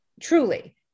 truly